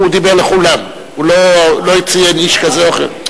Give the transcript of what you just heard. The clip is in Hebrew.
הוא דיבר לכולם, הוא לא ציין איש כזה או אחר.